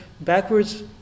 backwards